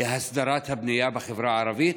להסדרת הבנייה בחברה הערבית,